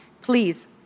Please